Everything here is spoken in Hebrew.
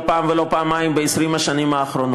מה שעשינו לצערי לא פעם ולא פעמיים ב-20 השנים האחרונות,